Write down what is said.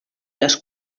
les